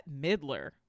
Midler